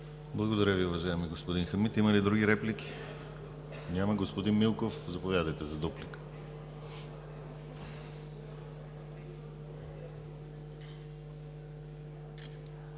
Благодаря Ви, уважаеми господин Хамид. Има ли други реплики? Няма. Господин Милков – заповядайте за дуплика.